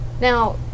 Now